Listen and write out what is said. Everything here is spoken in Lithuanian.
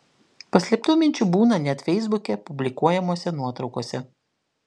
paslėptų minčių būna net feisbuke publikuojamose nuotraukose